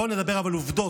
בוא נדבר אבל על עובדות,